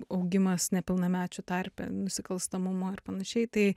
augimas nepilnamečių tarpe nusikalstamumo ir panašiai tai